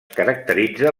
caracteritza